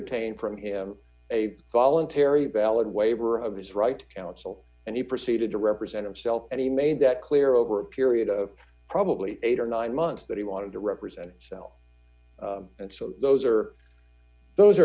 obtained from him a voluntary valid waiver of his right counsel and he proceeded to represent himself and he made that clear over a period of probably eight or nine months that he wanted to represent self and so those are those